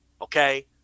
okay